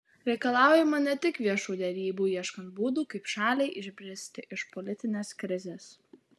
reikalaujama ne tik viešų derybų ieškant būdų kaip šaliai išbristi iš politinės krizės